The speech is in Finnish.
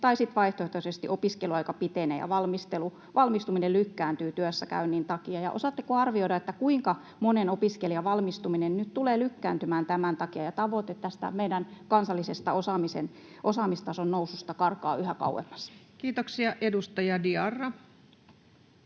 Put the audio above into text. tai vaihtoehtoisesti opiskeluaika pitenee ja valmistuminen lykkääntyy työssäkäynnin takia? Osaatteko arvioida, kuinka monen opiskelijan valmistuminen nyt tulee lykkääntymään tämän takia? Tavoite tästä meidän kansallisesta osaamistason noususta karkaa yhä kauemmas. Kiitoksia. — Edustaja Diarra.